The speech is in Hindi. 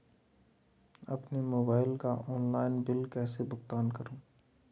अपने मोबाइल का ऑनलाइन बिल कैसे भुगतान करूं?